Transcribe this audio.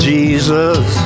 Jesus